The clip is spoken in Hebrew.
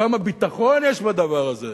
כמה ביטחון יש בדבר הזה.